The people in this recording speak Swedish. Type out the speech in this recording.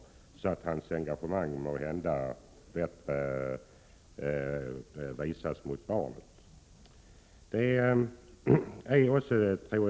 Därmed kan hans engagemang när det gäller barnet måhända bli större.